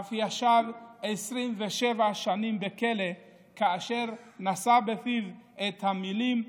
ואף ישב 27 שנים בכלא כאשר נשא בפיו את המילים "חירות"